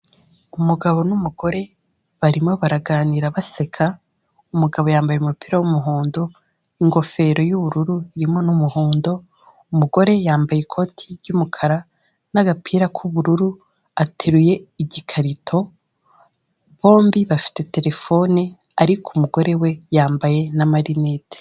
Umugabo n'umugore barimo baraganira baseka umugabo yambaye umupira w'umuhondo, ingofero y'ubururu irimo n'umuhondo umugore yambaye ikoti ry'umukara n'agapira k'ubururu ateruye igikarito bombi bafite terefone ariko umugore we yambaye n'amarinete.